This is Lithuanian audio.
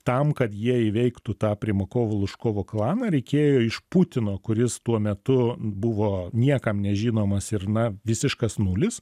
tam kad jie įveiktų tą primakovo lužkovo klaną reikėjo iš putino kuris tuo metu buvo niekam nežinomas ir na visiškas nulis